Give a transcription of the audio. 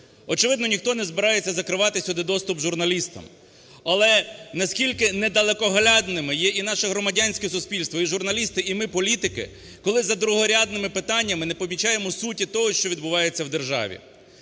Очевидно, ніхто не збирається закривати сюди доступ журналістам. Але наскільки недалекоглядними є і наше громадянське суспільство, і журналісти, і ми, політики, коли за другорядними питаннями не помічаємо суті того, що відбувається в державі.